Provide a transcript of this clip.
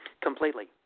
Completely